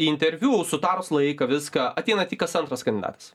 į interviu sutarus laiką viską ateina tik kas antras kandidatas